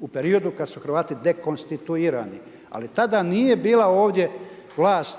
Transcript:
u periodu kad su Hrvati dekonstituirani, ali tada nije bila ovdje vlast